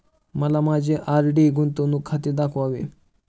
मला माझे आर.डी गुंतवणूक खाते दाखवावे